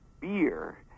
beer